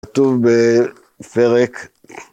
‫כתוב בפרק.